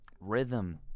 rhythm